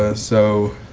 ah so